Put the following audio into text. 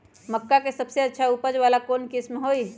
मक्का के सबसे अच्छा उपज वाला कौन किस्म होई?